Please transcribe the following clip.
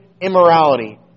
immorality